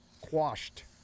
quashed